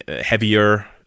heavier